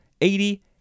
eighty